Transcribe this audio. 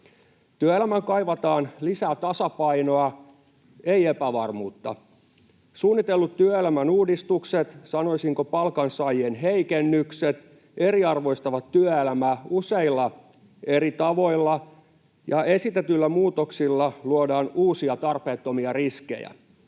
Työelämään kaivataan lisää tasapainoa, ei epävarmuutta. Suunnitellut työelämän uudistukset — sanoisinko, palkansaajien heikennykset — eriarvoistavat työelämää useilla eri tavoilla, ja esitetyillä muutoksilla luodaan uusia tarpeettomia riskejä.